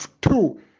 two